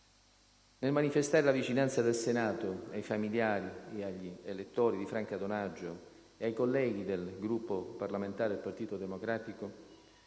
Nel manifestare la vicinanza del Senato ai familiari, agli elettori di Franca Donaggio e ai colleghi del Gruppo parlamentare del Partito Democratico,